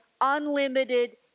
unlimited